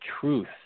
truth